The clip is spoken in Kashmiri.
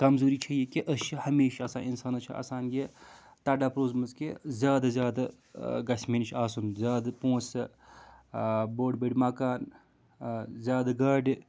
کمزوٗری چھِ یہِ کہِ أسۍ چھِ ہمیشہِ آسان اِنسانَس چھِ آسان یہِ تڑَپ روٗزمٕژ کہِ زیادٕ زیادٕ گژھِ مےٚ نِش آسُن زیادٕ پونٛسہٕ بوٚڑ بٔڑۍ مکان زیادٕ گاڑِ